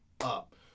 up